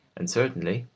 and certainly,